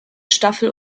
staffel